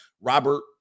Robert